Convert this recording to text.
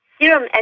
Serum